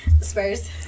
Spurs